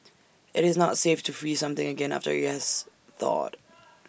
IT is not safe to freeze something again after IT has thawed